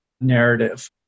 narrative